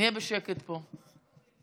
נהיה בשקט פה.